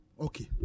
Okay